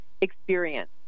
experience